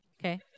okay